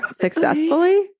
successfully